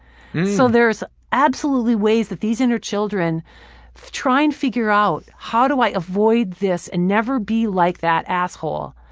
so there's absolutely ways that these inner children try and figure out how do i avoid this, and never be like that asshole?